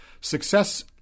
Success